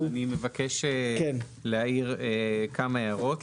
אני מבקש להעיר כמה הערות.